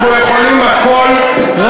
אנחנו יכולים הכול,